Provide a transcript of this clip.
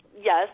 yes